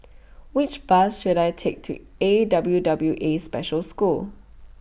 Which Bus should I Take to A W W A Special School